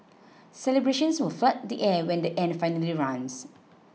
celebrations will flood the air when the end finally runs